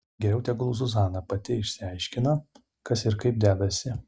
geriau tegul zuzana pati išsiaiškina kas ir kaip dedasi